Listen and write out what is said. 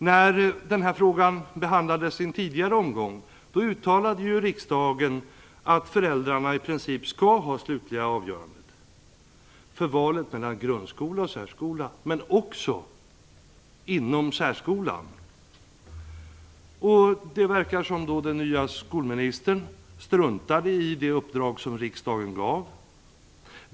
När den här frågan behandlades i en tidigare omgång uttalade riksdagen att föräldrarna i princip skall fatta det slutliga avgörandet i valet mellan grundskola och särskola men också inom särskolan. Det verkar som att den nya skolministern struntat i det uppdrag som riksdagen gav.